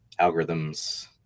algorithms